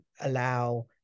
allow